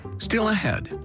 still ahead,